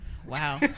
Wow